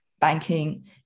banking